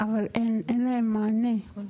אבל אין להם מענה.